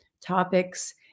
topics